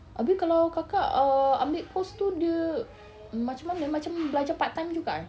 habis kalau kakak err ambil course tu dia macam mana eh macam belajar part time juga eh